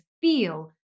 feel